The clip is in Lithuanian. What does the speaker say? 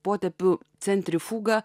potėpių centrifuga